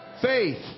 Faith